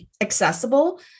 accessible